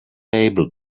able